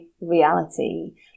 reality